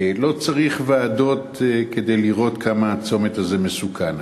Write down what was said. לא צריך ועדות כדי לראות כמה הצומת הזה מסוכן.